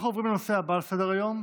אנחנו עוברים לנושא הבא בסדר-היום,